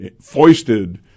foisted